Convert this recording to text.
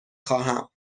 خواهم